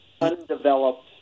undeveloped